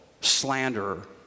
slanderer